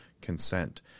consent